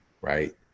right